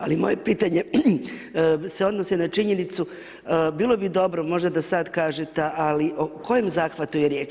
Ali moje pitanje se odnosi na činjenicu, bilo bi dobro možda da sada kažete, ali o kojem zahvatu je riječ?